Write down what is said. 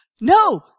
no